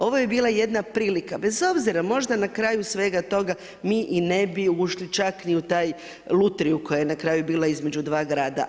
Ovo je bila jedna prilika bez obzira možda na kraju svega toga mi i ne bi ušli čak ni u taj lutriju koja je na kraju bila između dva grada.